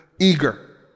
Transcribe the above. eager